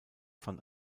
fand